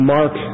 Mark